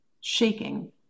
Shaking